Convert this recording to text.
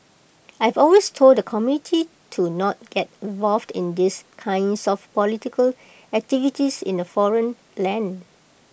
I've always told the community to not get involved in these kinds of political activities in A foreign land